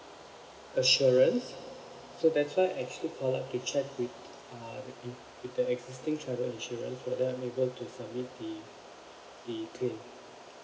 assurance so that's why I actually call up to check with uh with the with the existing travel insurance whether I'm able to submit the the claim